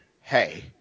hey